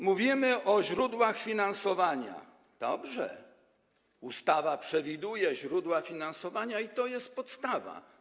Mówimy o źródłach finansowania - dobrze, ustawa przewiduje źródła finansowania i to jest podstawa.